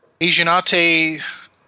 Asianate